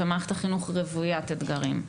ומערכת החינוך רוויית אתגרים.